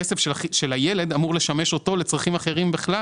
הכסף של הילד אמור לשמש אותו לצרכים אחרים בכלל